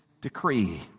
decree